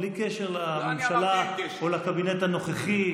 לא, בלי קשר לממשלה או לקבינט הנוכחי.